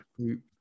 group